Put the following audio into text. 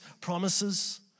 promises